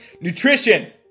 Nutrition